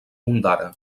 ondara